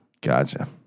Gotcha